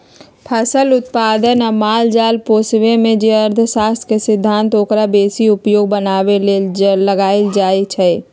फसल उत्पादन आ माल जाल पोशेमे जे अर्थशास्त्र के सिद्धांत ओकरा बेशी उपयोगी बनाबे लेल लगाएल जाइ छइ